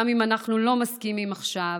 גם אם אנחנו לא מסכימים עכשיו,